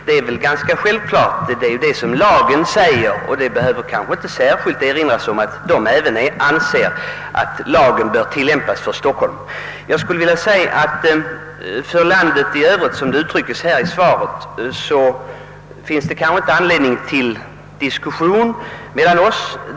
Detta är självklart, ty det är vad som står i lagen, och det behöver kanske inte särskilt erinras om att de båda nämnda instanserna anser att lagen bör tillämpas för Stockholm. Vad landet i övrigt beträffar finns det enligt min mening inte anledning till diskussion om vad som anförts i svaret.